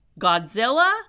Godzilla